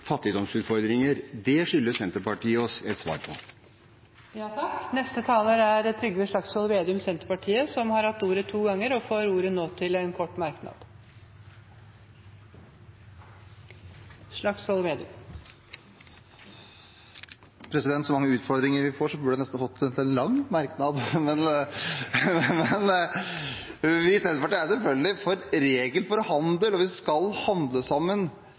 fattigdomsutfordringer. Det skylder Senterpartiet oss et svar på. Representanten Trygve Slagsvold Vedum har hatt ordet to ganger tidligere og får ordet til en kort merknad, begrenset til 1 minutt. Med så mange utfordringer som vi får, burde jeg nesten fått ordet til en lang merknad! Vi i Senterpartiet er selvfølgelig for regler for handel, og at vi skal handle sammen,